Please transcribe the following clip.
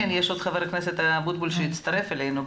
גם ח"כ אבוטבול הצטרף אלינו,